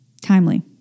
Timely